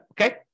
Okay